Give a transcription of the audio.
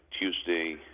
Tuesday